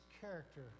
character